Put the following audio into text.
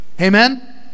amen